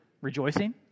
rejoicing